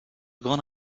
grande